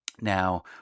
Now